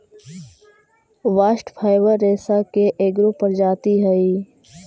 bast fibre रेसा के एगो प्रजाति हई